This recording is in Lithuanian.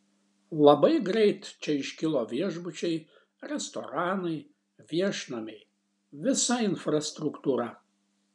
labai greit čia iškilo viešbučiai restoranai viešnamiai visa infrastruktūra